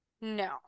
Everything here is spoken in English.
No